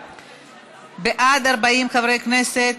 בעד, 40 חברי כנסת,